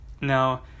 Now